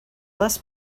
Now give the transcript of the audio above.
less